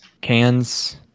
Cans